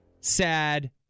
sad